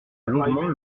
longuement